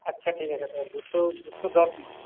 আচ্ছা ঠিক আছে তালে দুশো দুশো দশ নাও